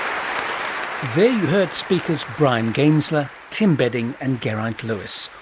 um speakers bryan gaensler, tim bedding and geraint lewis,